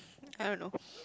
I don't know